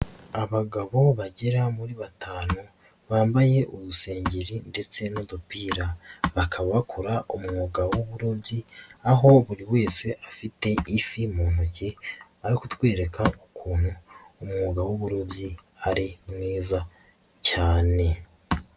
abagabo bagera muri batanu bambaye udusengeri ndetse n'udupira, bakaba bakora umwuga w'uburobyi aho buri wese afite ifi mu ntokiyo kutwereka ukuntu umwuga w'uburobyi ari mwiza cyane.